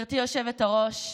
גברתי היושבת-ראש,